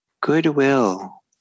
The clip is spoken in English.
goodwill